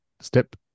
step